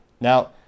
Now